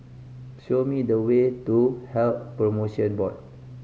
show me the way to Health Promotion Board